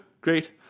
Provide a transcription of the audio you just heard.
Great